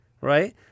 right